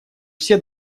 все